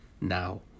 now